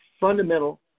fundamental